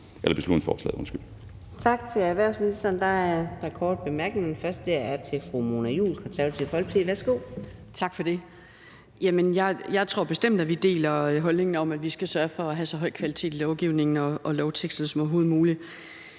Tak til erhvervsministeren. Der er et par korte bemærkninger. Den første er til fru Mona Juul, Det Konservative Folkeparti. Værsgo. Kl. 19:06 Mona Juul (KF): Tak for det. Jamen jeg tror bestemt, vi deler holdningen om, at vi skal sørge for at have så høj kvalitet i lovgivningen og lovteksterne som overhovedet muligt.